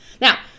Now